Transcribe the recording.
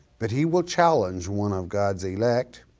but he will challenge one of god's elect